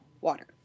water